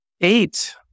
eight